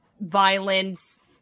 violence